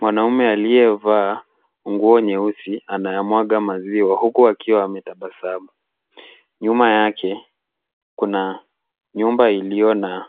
Mwanamume aliyevaa, nguo nyeusi anayamwaga maziwa huku akiwa ametabasamu. Nyuma yake kuna nyumba iliyo na